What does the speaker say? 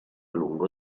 lungo